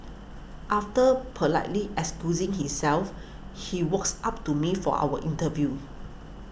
after politely excusing himself he walks up to me for our interview